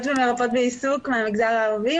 קלינאיות ומרפאות בעיסוק מהמגזר הערבי,